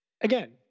again